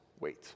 wait